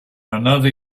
another